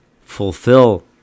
fulfill